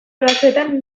batzuetan